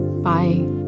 Bye